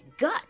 gut